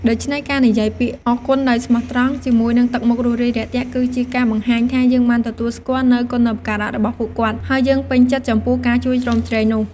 ដូច្នេះ ការនិយាយពាក្យ អរគុណ ដោយស្មោះត្រង់ ជាមួយនឹងទឹកមុខរួសរាយរាក់ទាក់ គឺជាការបង្ហាញថា យើងបានទទួលស្គាល់នូវគុណូបការៈរបស់ពួកគាត់ ហើយយើងពេញចិត្តចំពោះការជួយជ្រោមជ្រែងនោះ។